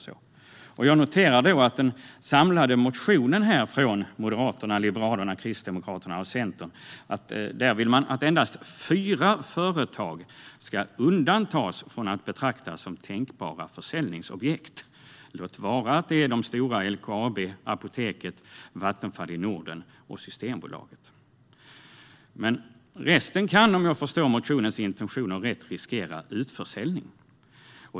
Jag noterar att i den samlade motionen från Moderaterna, Liberalerna, Kristdemokraterna och Centern vill man att endast fyra företag ska undantas från att betraktas som tänkbara försäljningsobjekt, låt vara att det är de stora: LKAB, Apoteket, Vattenfall i Norden och Systembolaget. Resten kan, om jag förstår motionens intentioner rätt, riskera utförsäljning.